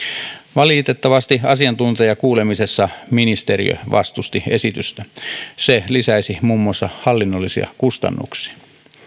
valitettavasti asiantuntijakuulemisessa ministeriö vastusti esitystä se lisäisi muun muassa hallinnollisia kustannuksia